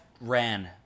ran